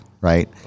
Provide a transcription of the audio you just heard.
right